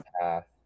path